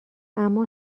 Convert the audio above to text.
اما